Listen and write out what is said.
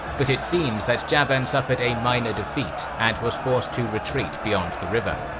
but it seems that jaban suffered a minor defeat and was forced to retreat beyond the river.